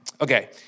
Okay